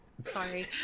Sorry